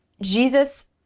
Jesus